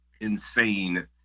insane